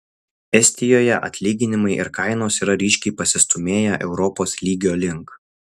estijoje atlyginimai ir kainos yra ryškiai pasistūmėję europos lygio link